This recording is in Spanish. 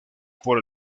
por